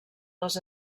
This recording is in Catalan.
les